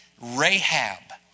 Rahab